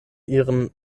ihren